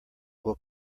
will